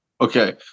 Okay